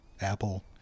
Apple